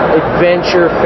adventure